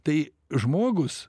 tai žmogus